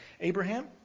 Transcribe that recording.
Abraham